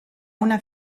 una